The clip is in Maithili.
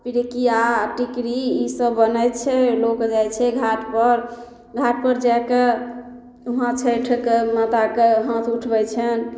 पीड़िकिया टिकड़ी ई सभ बनय छै लोक जाइ छै घाटपर घाटपर जाकऽ हुआँ छैठके माताके हाथ उठबय छनि